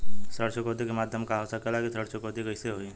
ऋण चुकौती के माध्यम का हो सकेला कि ऋण चुकौती कईसे होई?